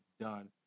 done